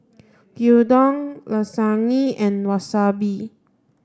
Gyudon Lasagne and Wasabi